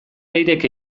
leirek